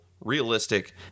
realistic